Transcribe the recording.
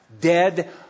Dead